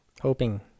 Hoping